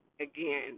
again